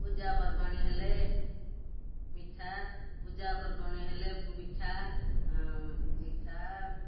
ପୂଜାପର୍ବାଣି ହେଲେ ମିଠା ପୂଜାପର୍ବାଣି ହେଲେ ମିଠା ମିଠା